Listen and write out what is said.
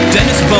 Dennis